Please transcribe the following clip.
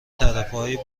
تعرفه